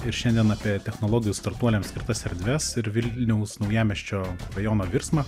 ir šiandien apie technologijų startuoliams skirtas erdves ir vilniaus naujamiesčio rajoną virsmą